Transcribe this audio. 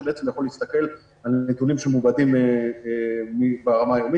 שהוא יכול להסתכל על נתונים שמעובדים ברמה היומית.